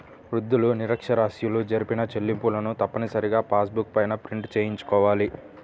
వృద్ధులు, నిరక్ష్యరాస్యులు జరిపిన చెల్లింపులను తప్పనిసరిగా పాస్ బుక్ పైన ప్రింట్ చేయించుకోవాలి